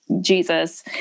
Jesus